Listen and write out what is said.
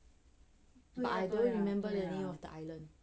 but I don't remember the name of the island